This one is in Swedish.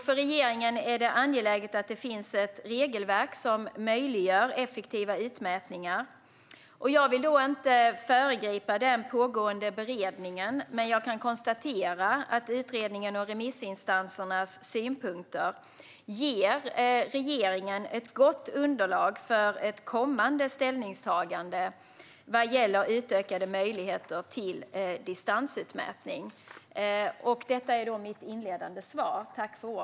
För regeringen är det angeläget att det finns ett regelverk som möjliggör effektiva utmätningar. Jag vill inte föregripa den pågående beredningen, men jag kan konstatera att utredningen och remissinstansernas synpunkter ger regeringen ett gott underlag för ett kommande ställningstagande vad gäller utökade möjligheter till distansutmätning. Detta är mitt inledande svar.